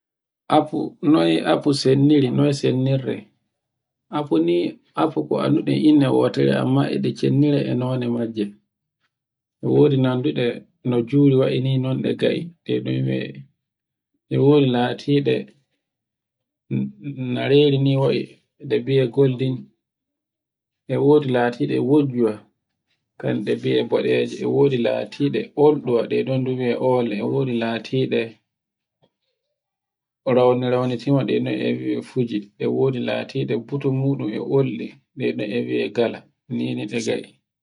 Afu, noy afu sendiri, noye sennirte. Afu ni, afu ko annduɗen innde wotore, amma e ɗe chenndira e nono majje. E wodi nanduɗe e no juri wa'inon ɗe ga'I, e wodi latiɗe nareri ni wai e biye goldin, e wodi latiɗe wojjuwa, kanɗe biye boɗeje, e wodi latiɗe ordu waɗeɗun duya ole, e wodi latiɗe rauni-raunitinɗe ɗenno e wiye fuji, e wodi latiɗi buto muɗum e oli ɗe no e wiye gala nini ɗe ga'i.